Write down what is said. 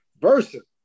versus